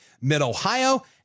Mid-Ohio